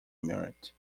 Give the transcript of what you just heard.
merit